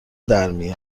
درمی